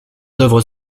œuvres